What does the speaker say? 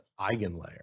Eigenlayer